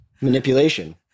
Manipulation